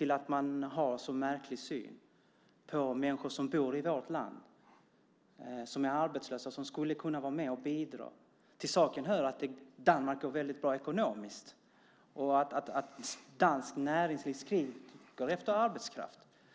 mot att man har en så märklig syn på människor som bor i vårt land, är arbetslösa och skulle kunna vara med och bidra. Till saken hör att Danmark ekonomiskt går väldigt bra och att danskt näringsliv skriker efter arbetskraft.